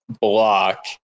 block